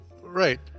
Right